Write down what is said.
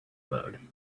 mode